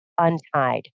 Untied